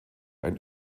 ein